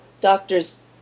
doctors